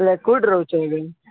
ହେଲେ କେଉଁଠି ରହୁଛ କି ତୁମେ